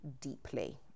deeply